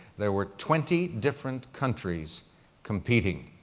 there were twenty different countries competing.